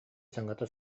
саҥата